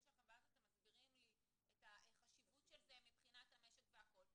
שלכם ואז אתם מסבירים לי את החשיבות של זה מבחינת המשק והכל.